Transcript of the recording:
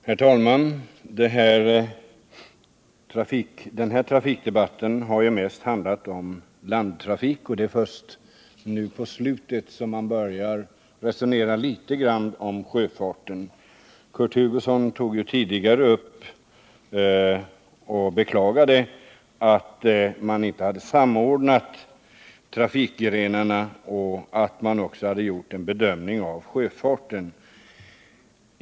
Herr talman! Den här trafikdebatten har ju mest handlat om landtrafik. Först nu på slutet har man börjat tala litet grand om sjöfarten. Kurt Hugosson beklagade att man inte samordnat trafikgrenarna och att man i den här stora debatten inte har kunnat göra en bedömning av sjöfarten.